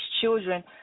children